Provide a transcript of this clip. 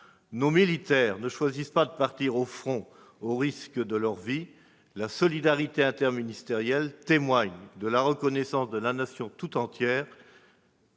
Nos militaires ne choisissent pas de partir au front au péril de leur vie. La solidarité interministérielle témoigne, à leur endroit, de la reconnaissance de la Nation tout entière.